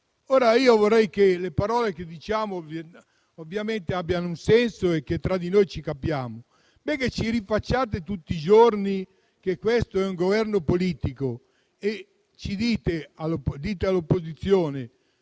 Ora, io vorrei che le parole che diciamo abbiano un senso e che tra di noi ci capiamo. Ci rinfacciate tutti i giorni che questo è un Governo politico e dite all'opposizione